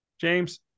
James